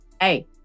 hey